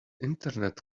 internet